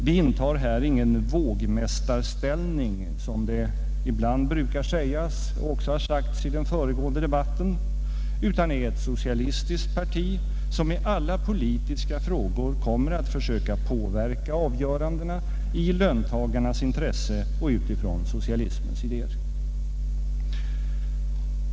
Vi intar här ingen vågmästarställning, som det ibland brukar sägas och som också har påståtts i den föregående debatten, utan representerar ett socialistiskt parti som i alla politiska frågor kommer att försöka påverka avgörandena i löntagarnas intresse och utifrån socialismens idéer.